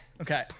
Okay